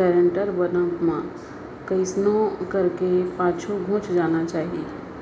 guarantor बनब म कइसनो करके पाछू घुंच जाना चाही